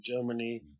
Germany